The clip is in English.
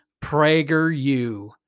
PragerU